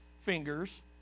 fingers